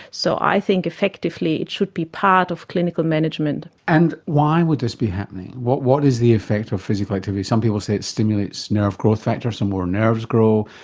so i think effectively it should be part of clinical management. and why would this be happening? what what is the effect of physical activity? some people say it stimulates nerve growth factors so um more nerves grow.